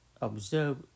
observe